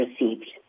received